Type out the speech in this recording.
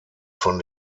von